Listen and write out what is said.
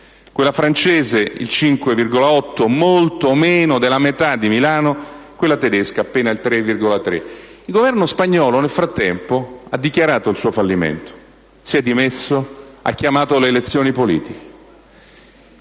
quella francese il 5,8 (molto meno della metà di Milano); quella tedesca appena il 3,3 per cento. Il Governo spagnolo, nel frattempo, ha dichiarato il suo fallimento, si è dimesso e ha chiamato le elezioni politiche.